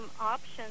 options